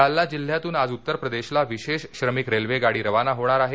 जालना जिल्ह्यातून आज उत्तरप्रदेशला विशेष श्रमिक रेल्वेगाडी रवाना होणार आहे